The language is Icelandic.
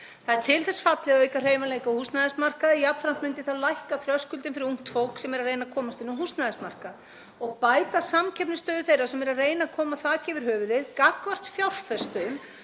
Það er til þess fallið að auka hreyfanleika á húsnæðismarkaði. Jafnframt myndi það lækka þröskuldinn fyrir ungt fólk sem er að reyna að komast inn á húsnæðismarkað og bæta samkeppnisstöðu þeirra sem eru að reyna að koma þaki yfir höfuðið gagnvart fjárfestum